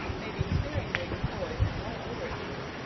may be sparingly employed in light literature,